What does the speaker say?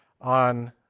on